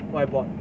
whiteboard